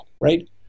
right